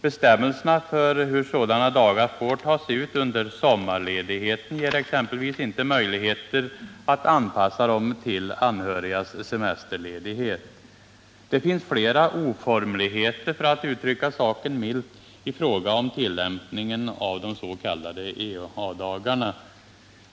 Bestämmelserna för hur sådana dagar får tas ut under sommarledigheten ger exempelvis inte möjligheter att anpassa dem till anhörigas semesterledighet. Det finns flera oformligheter — för att uttrycka saken milt — i fråga om tillämpningen av de s.k. ea-dagarna.